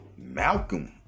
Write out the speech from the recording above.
Malcolm